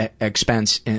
expense